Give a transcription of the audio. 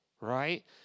right